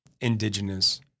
indigenous